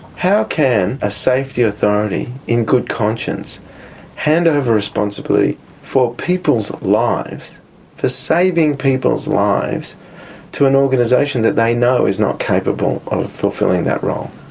how can a safety authority in good conscience hand over responsibility for people's lives for saving people's lives to an organisation that they know is not capable of fulfilling that role?